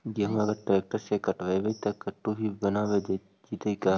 गेहूं अगर ट्रैक्टर से कटबइबै तब कटु भी बनाबे जितै का?